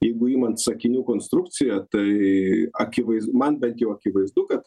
jeigu imant sakinių konstrukciją tai akivaiz man bent jau akivaizdu kad